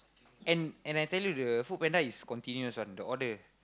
and and I tell you the FoodPanda is continuous one the order